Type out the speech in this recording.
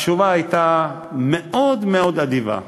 התשובה הייתה מאוד מאוד אדיבה,